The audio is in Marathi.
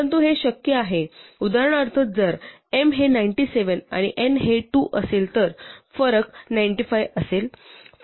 परंतु हे शक्य आहे उदाहरणार्थ जर m हे 97 आणि n हे 2 असेल तर फरक 95 असेल